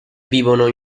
vivono